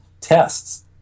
tests